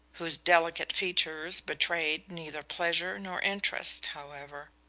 whose delicate features betrayed neither pleasure nor interest, however.